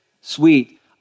Sweet